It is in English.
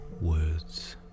words